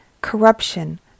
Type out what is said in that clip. corruption